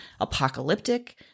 apocalyptic